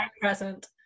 present